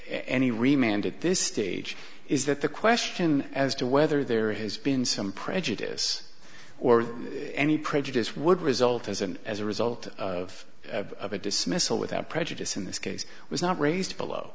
he remained at this stage is that the question as to whether there has been some prejudice or any prejudice would result as an as a result of a dismissal without prejudice in this case was not raised below